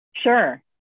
Sure